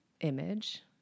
image